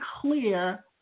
clear